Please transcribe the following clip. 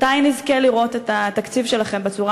מתי נזכה לראות את התקציב שלכם בצורה